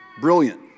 Brilliant